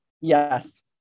Yes